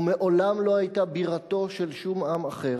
ומעולם לא היתה בירתו של שום עם אחר,